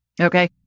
Okay